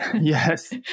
Yes